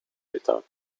without